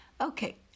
Okay